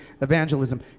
evangelism